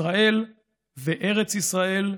ישראל וארץ ישראל,